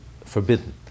forbidden